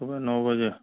सुबह नौ बजे